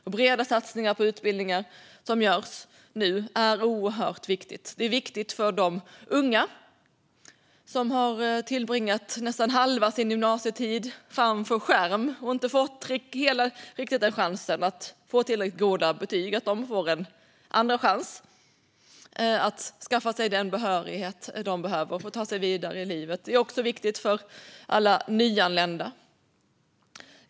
De breda satsningar som görs på utbildningar nu är oerhört viktiga. Det är viktigt att unga som har tillbringat nästan halva sin gymnasietid framför en skärm och inte riktigt fått chansen att få goda betyg får en andra chans att skaffa sig den behörighet som de behöver för att ta sig vidare i livet. Det är också viktigt för alla nyanlända.